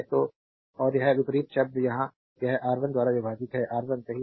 तो और यह विपरीत शब्द यहां यह R1 द्वारा विभाजित है R1 सही है